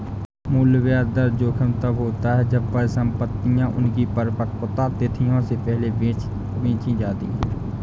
मूल्य ब्याज दर जोखिम तब होता है जब परिसंपतियाँ उनकी परिपक्वता तिथियों से पहले बेची जाती है